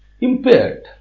impaired